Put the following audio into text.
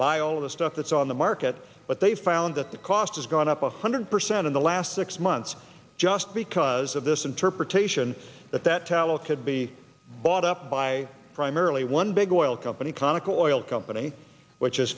buy all of the stuff that's on the market but they found that the cost has gone up one hundred percent in the last six months just because of this interpretation that that tallow could be bought up by primarily one big oil company conical oil company which